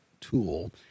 tool